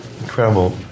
incredible